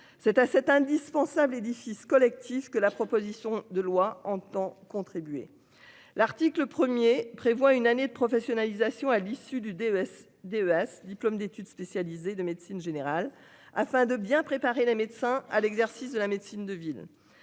C'est à cette indispensable édifices collectifs que la proposition de loi entend contribuer. L'article 1er prévoit une année de professionnalisation à l'issue du DES DES diplôme d'études spécialisées de médecine générale afin de bien préparer les médecins à l'exercice de la médecine de ville,